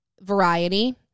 Variety